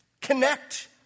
connect